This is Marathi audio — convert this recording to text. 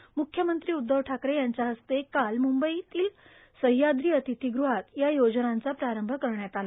म्ख्यमंत्री उद्धव ठाकरे यांच्या हस्ते काल सह्याद्री अतिथीगृहात या योजनांचा प्रारंभ करण्यात आला